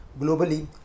Globally